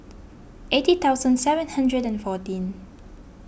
eighty thousand seven hundred and fourteen